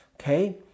Okay